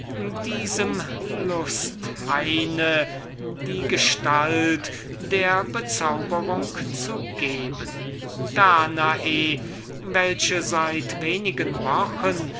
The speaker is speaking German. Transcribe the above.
diesem lusthain die gestalt der bezauberung zu geben danae welche seit wenigen wochen